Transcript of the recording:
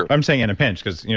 i'm saying in a pinch because yeah